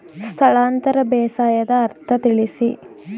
ಸ್ಥಳಾಂತರ ಬೇಸಾಯದ ಅರ್ಥ ತಿಳಿಸಿ?